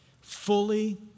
fully